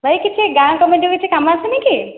ଭାଇ କିଛି ଗାଁ କମିଟିରୁ କିଛି କାମ ଆସିନି କି